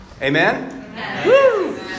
Amen